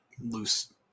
loose –